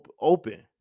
open